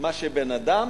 מה שבן-אדם